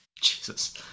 Jesus